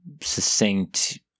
succinct